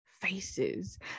faces